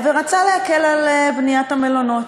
ורצה להקל על בניית המלונות.